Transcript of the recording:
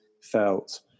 felt